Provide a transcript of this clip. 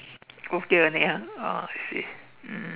okay only ah oh I see mm